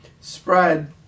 spread